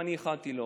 ואני גם איחלתי לו,